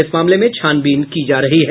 इस मामले में छानबीन की जा रही है